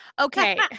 Okay